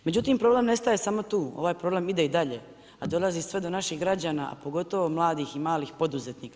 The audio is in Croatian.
Međutim, problem ne staje samo tu, ovaj problem ide i dalje a dolazi sve do naših građana a pogotovo mladih i malih poduzetnika.